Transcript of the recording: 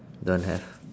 don't have